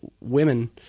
women